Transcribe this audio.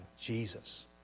Jesus